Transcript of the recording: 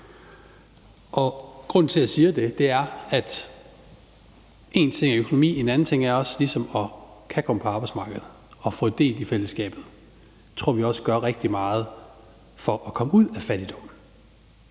Grunden til, at jeg siger det, er, at én ting er økonomi, men at en anden ting ligesom også er at kunne komme på arbejdsmarkedet og få del i fællesskabet. Det tror vi også gør rigtig meget for at komme ud af fattigdom.